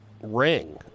ring